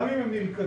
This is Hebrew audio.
גם אם הם נלכדים,